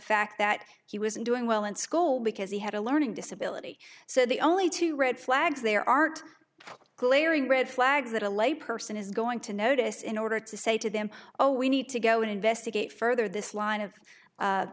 fact that he was doing well in school because he had a learning disability so the only two red flags there aren't glaring red flags that a layperson is going to notice in order to say to them oh we need to go investigate further this line of